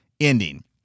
ending